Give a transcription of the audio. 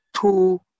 two